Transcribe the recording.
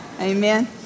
Amen